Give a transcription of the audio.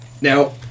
now